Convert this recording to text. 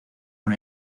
con